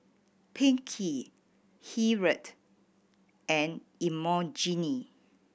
Pinkie Hilliard and Imogene